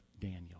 Daniel